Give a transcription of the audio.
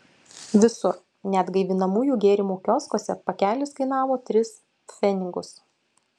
visur net gaivinamųjų gėrimų kioskuose pakelis kainavo tris pfenigus